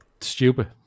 Stupid